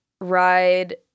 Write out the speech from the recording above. ride